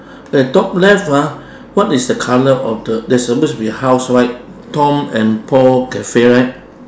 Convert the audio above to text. that top left ah what is the colour of the there suppose to be house right tom and paul cafe right